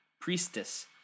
priestess